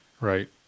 right